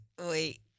wait